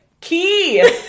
Key